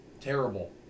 Terrible